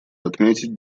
отметить